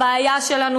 הבעיה שלנו,